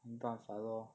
没办法 lor